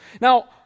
Now